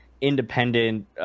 independent